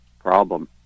problem